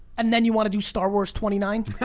and then you want to do star wars twenty nine?